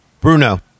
Bruno